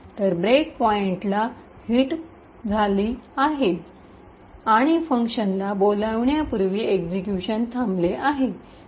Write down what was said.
तर ब्रेक पॉईंटला धडक बसली आहे ब्रेक पॉईंट पर्यंत एक्सिक्यू शन झालेले आहे आणि फंक्शनला बोलाविण्यापूर्वी एक्सिक्यूशन थांबलेले आहे